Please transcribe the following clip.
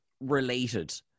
related